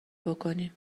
بکنی